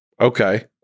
okay